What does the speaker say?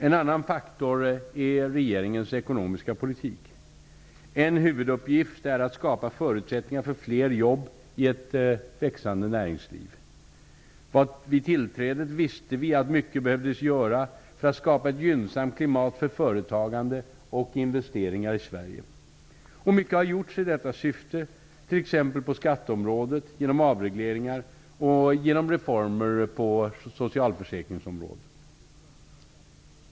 En annan faktor är regeringens ekonomiska politik. En huvuduppgift är att skapa förutsättningar för fler jobb i ett växande näringsliv. Vid tillträdet visste vi att mycket behövde göras för att skapa ett gynnsamt klimat för företagande och investeringar i Sverige. Mycket har gjorts i detta syfte t.ex. på skatteområdet, genom avregleringar och genom reformer på socialförsäkringsområdet.